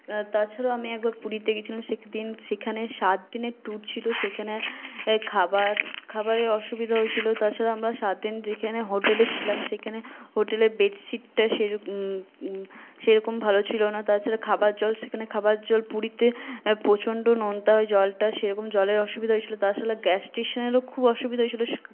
তাছাড়াও আমি একবার পুরীতে গেছিলাম সেদিন সেখানে সাত দিনের ট্যুর ছিল সেখানে খাবার খাবারের অসুবিধা হয়েছিল তাছাড়া আমরা সাত দিন যেখানে হোটেলে ছিলাম সেখানে হোটেলে বেড সিটটা সে সেরকম ভালো ছিল না তাছাড়া খাবার জল সেখানে খাবার জল পুরীতে প্রচণ্ড নোনতা হয় জলটা সেরকম জলের অসুবিধা হয়েছিল তাছাড়া গ্যাস স্টেশনেরও খুব অসুবিধা হয়েছিল